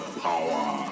power